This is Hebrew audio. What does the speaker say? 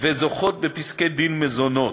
וזוכות בפסק-דין מזונות.